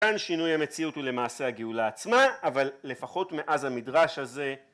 כאן שינוי המציאות הוא למעשה הגאולה עצמה, אבל לפחות מאז המדרש הזה